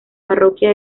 parroquia